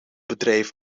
bedrijf